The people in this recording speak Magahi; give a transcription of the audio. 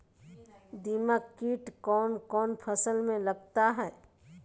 दीमक किट कौन कौन फसल में लगता है?